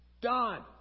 done